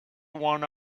one